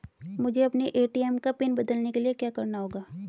मुझे अपने ए.टी.एम का पिन बदलने के लिए क्या करना होगा?